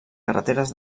carreteres